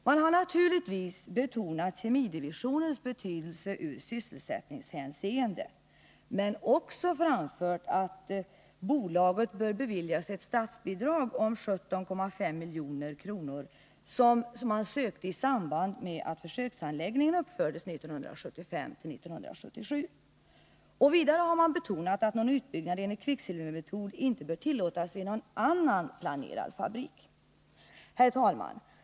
Man har naturligtvis betonat kemidivisionens betydelse i sysselsättningshänseende men också framfört att bolaget bör beviljas det statsbidrag på 17,5 milj.kr. som man sökte i samband med försöksanläggningens uppförande 1975-1977. Vidare har man betonat att någon utbyggnad enligt kvicksilvermetoden inte bör tillåtas vid någon annan planerad fabrik. Herr talman!